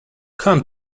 come